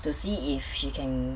to see if she can